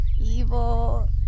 Evil